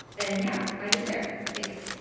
and yeah, find it there. thanks.